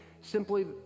simply